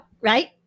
Right